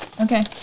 Okay